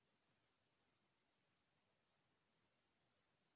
का मोला सोना ले ऋण मिल सकथे?